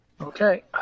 Okay